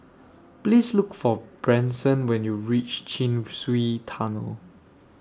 Please Look For Branson when YOU REACH Chin Swee Tunnel